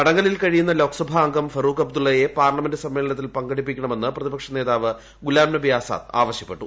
തടങ്കലിൽ കഴിയുന്ന ലോക്സഭ അംഗം ഫറൂഖ് അബ്ദുള്ളയെ പാർലമെന്റ് സമ്മേളനത്തിൽ പങ്കെടുപ്പിക്കണമെന്ന് പ്രതിപക്ഷ നേതാവ് ഗുലാംനബി ആസാദ് ആവശ്യപ്പെട്ടു